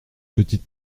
petites